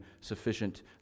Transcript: sufficient